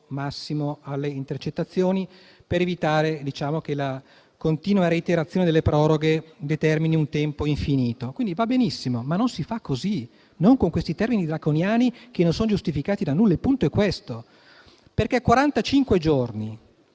massimo alle intercettazioni per evitare che la continua reiterazione delle proroghe determini un tempo infinito, quindi va benissimo; tuttavia, non si fa così, non con questi termini draconiani non giustificati da nulla: il punto è questo. La previsione